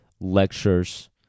lectures